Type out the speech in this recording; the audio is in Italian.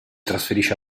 trasferisce